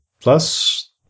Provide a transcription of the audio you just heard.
Plus